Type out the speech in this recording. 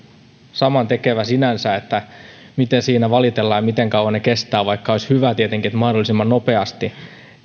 samantekevää sinänsä miten siinä valitellaan ja miten kauan siinä kestää vaikka olisi hyvä tietenkin että mahdollisimman nopeasti